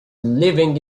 living